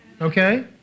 Okay